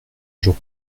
jour